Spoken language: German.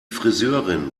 friseurin